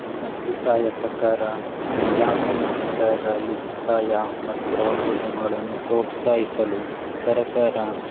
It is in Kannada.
ನನ್ನ ಅಭಿಪ್ರಾಯ ಪ್ರಕಾರ ಗ್ರಾಮೀಣ ಸಮುದಾಯಗಳಲ್ಲಿ ಪ್ರಸಾಯ ಮತ್ತು ಪ್ರವಾಸೋದ್ಯಮಗಳನ್ನು ಪ್ರೋತ್ಸಾಹಿಸಲು ಸರಕಾರ